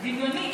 דמיוני.